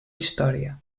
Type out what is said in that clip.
història